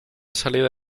salida